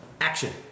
Action